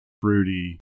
fruity